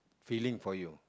feeling for you